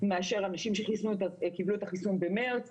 מאשר אנשים שקיבלו את החיסון במארס,